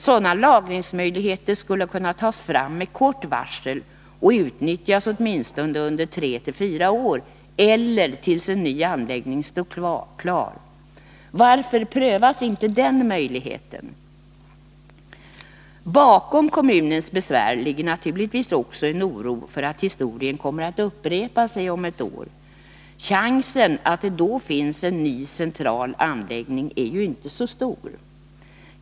Sådana lagringsmöjligheter skulle kunna tas fram med kort varsel och utnyttjas åtminstone under tre å fyra år eller tills en ny anläggning står klar. Varför prövas inte den möjligheten? Bakom kommunens besvär ligger naturligtvis också en oro för att historien kommer att upprepa sig om ett år. Chansen att det då finns en ny central anläggning är ju inte så stor.